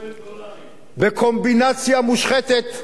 בקומבינציה מושחתת,